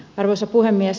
arvoisa puhemies